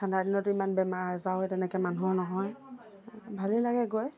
ঠাণ্ডা দিনতো ইমান বেমাৰ আজাৰ আৰু তেনেকৈ মানুহৰ নহয় ভালেই লাগে গৈ